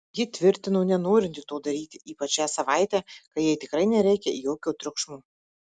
ji tvirtino nenorinti to daryti ypač šią savaitę kai jai tikrai nereikia jokio triukšmo